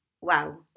wow